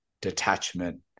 detachment